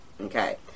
Okay